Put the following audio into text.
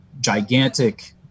gigantic